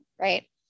right